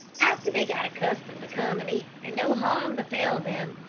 after they got accustomed to come and eat and no harm befell them,